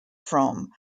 from